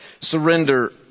Surrender